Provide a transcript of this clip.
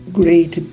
great